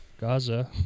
Gaza